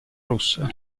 rossa